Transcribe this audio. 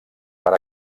per